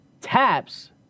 taps